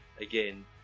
again